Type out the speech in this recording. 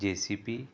J C P